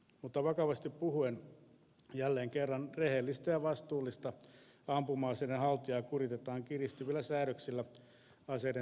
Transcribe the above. mutta vakavasti puhuen jälleen kerran rehellistä ja vastuullista ampuma aseiden haltijaa kuritetaan kiristyvillä säädöksillä aseiden säilytyksestä ja kuljetuksesta